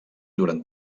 durant